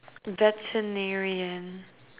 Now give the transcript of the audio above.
veterinarian